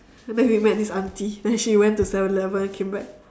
then we met this aunty then she went to seven eleven and came back